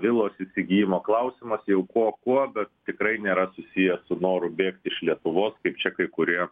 vilos įsigijimo klausimasjau kuo kuo bet tikrai nėra susiję su noru bėgti iš lietuvos kaip čia kai kurie